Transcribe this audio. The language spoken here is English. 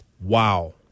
Wow